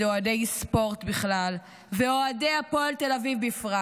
אוהדי ספורט בכלל ואוהדי הפועל תל אביב בפרט.